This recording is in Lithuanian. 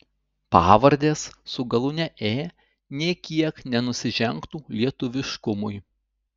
pavardės su galūne ė nė kiek nenusižengtų lietuviškumui